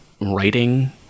writing